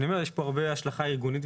יש פה הרבה השלכה ארגונית.